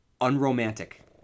unromantic